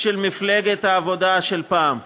של מפלגת העבודה של פעם.